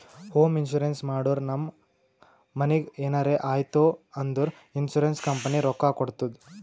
home insurance ಮಾಡುರ್ ನಮ್ ಮನಿಗ್ ಎನರೇ ಆಯ್ತೂ ಅಂದುರ್ ಇನ್ಸೂರೆನ್ಸ್ ಕಂಪನಿ ರೊಕ್ಕಾ ಕೊಡ್ತುದ್